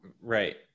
right